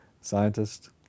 scientist